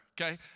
Okay